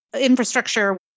infrastructure